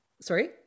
Sorry